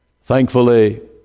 Thankfully